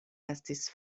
estis